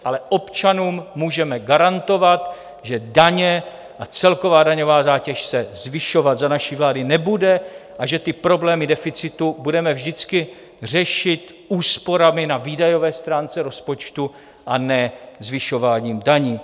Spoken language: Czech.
Ale občanům můžeme garantovat, že daně a celková daňová zátěž se zvyšovat za naší vlády nebude a že problémy deficitu budeme vždycky řešit úsporami na výdajové stránce rozpočtu, a ne zvyšováním daní.